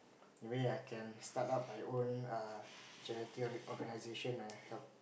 maybe I can start up my own err charity organization ah help